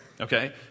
okay